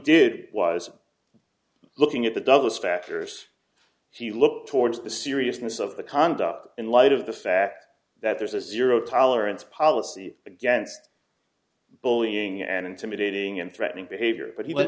did was looking at the douglas factors he looked towards the seriousness of the conduct in light of the fact that there's a zero tolerance policy against bullying and intimidating and threatening behavior but he w